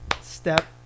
step